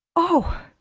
oh!